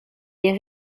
les